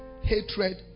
hatred